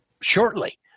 shortly